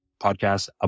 podcasts